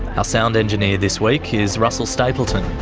ah sound engineer this week is russell stapleton,